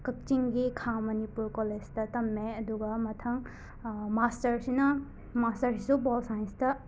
ꯀꯛꯆꯤꯡꯒꯤ ꯈꯥ ꯃꯅꯤꯄꯨꯔ ꯀꯣꯂꯦꯁꯇ ꯇꯝꯃꯦ ꯑꯗꯨꯒ ꯃꯊꯪ ꯃꯥꯁꯇꯔꯁꯤꯅ ꯃꯥꯁꯇꯔꯁꯨ ꯕꯣꯜ ꯁꯥꯏꯟꯁꯇ